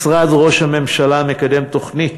משרד ראש הממשלה מקדם תוכנית